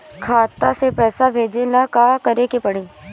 खाता से पैसा भेजे ला का करे के पड़ी?